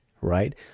right